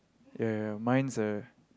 ya mine's a